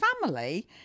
family